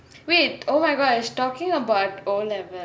wait oh my gosh talking about O level